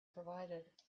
provided